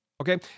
okay